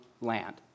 land